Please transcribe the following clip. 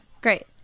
Great